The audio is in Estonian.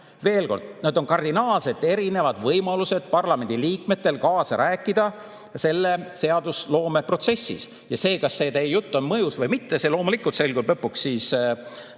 Veel kord: need on kardinaalselt erinevad võimalused parlamendiliikmetel kaasa rääkida seadusloomeprotsessis. Ja see, kas see teie jutt on mõjus või mitte, loomulikult selgub lõpuks hääletamisel. Nii